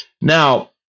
Now